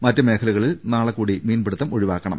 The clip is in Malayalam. മറ്റ് മേഖലകളിൽ നാളെ കൂടി മീൻപിടിത്തം ഒഴിവാക്കണം